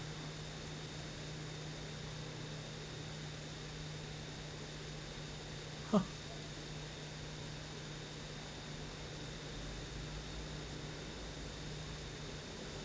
ha